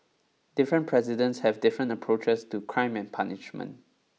different presidents have different approaches to crime and punishment